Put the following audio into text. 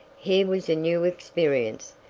here was a new experience.